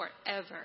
forever